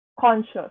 conscious